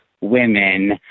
women